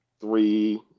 three